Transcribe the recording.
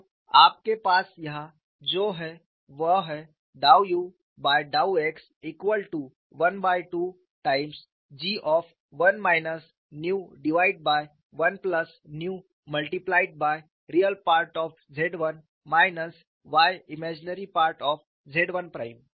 तो आपके पास यहां जो है वह है dow u by dow x equal to 1 by 2 times G of 1 minus nu divide by 1 plus nu multiplied by real part of Z 1 minus y imaginary part of Z 1 prime